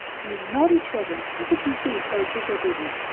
you naughty children how could you be so disobedient?